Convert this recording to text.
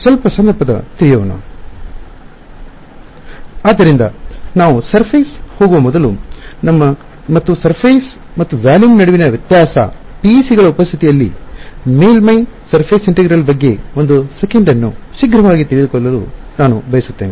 ಆದ್ದರಿಂದ ನಾವು ಮೇಲ್ಮೈಗೆ ಸರ್ಫೆಸ್ ಹೋಗುವ ಮೊದಲು ಮತ್ತು ಸರ್ಫೆಸ್ ಮತ್ತು ಪರಿಮಾಣದ ವ್ಯಾಲೂಮ್ ನಡುವಿನ ವ್ಯತ್ಯಾಸ PECಗಳ ಉಪಸ್ಥಿತಿಯಲ್ಲಿ ಮೇಲ್ಮೈ ಅವಿಭಾಜ್ಯ ಸಮೀಕರಣಗಳ ಸರ್ಫೆಸ್ ಇಂಟಿಗ್ರಲ್ ಬಗ್ಗೆ ಒಂದು ಸೆಕೆಂಡ್ ಅನ್ನು ಶೀಘ್ರವಾಗಿ ತೆಗೆದುಕೊಳ್ಳಲು ನಾನು ಬಯಸುತ್ತೇನೆ